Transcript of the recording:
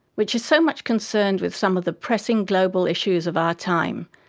which is so much concerned with some of the pressing global issues of our time,